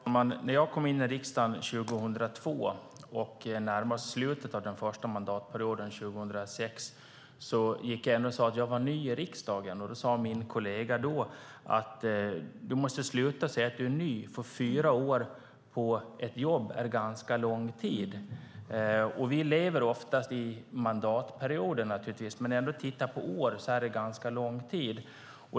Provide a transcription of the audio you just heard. Fru talman! Jag kom in i riksdagen 2002 och när slutet av den första mandatperioden närmade sig 2006 gick jag fortfarande och sade att jag var ny i riksdagen. Då sade min kollega: Du måste sluta säga att du är ny, för fyra år på ett jobb är ganska lång tid. Vi lever naturligtvis oftast i mandatperioder, men om vi tittar på åren är det ganska lång tid.